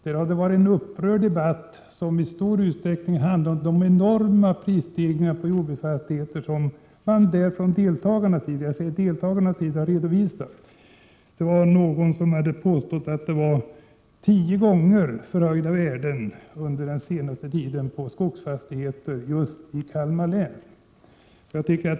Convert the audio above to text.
Där har det varit en upprörd debatt, som i stor utsträckning handlat om de enorma prisstegringar på jordbruksfastigheter som deltagarna redovisat. Någon hade påstått att det under den senaste tiden blivit tiodubbelt förhöjda värden på skogsfastigheter i Kalmar län.